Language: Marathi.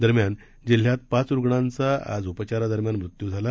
दरम्यान जिल्ह्यात पाच रुग्णांचा आज उपचारा दरम्यान मृत्यू झाला